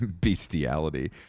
Bestiality